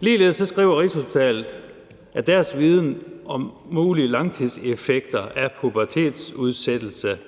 Ligeledes skriver Rigshospitalet, at deres viden om mulige langtidseffekter af pubertetsudsættelse